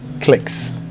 clicks